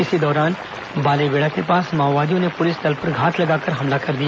इस दौरान बालेबेड़ा के पास माओवादियों ने पुलिस देल पर घात लगाकर हमला कर दिया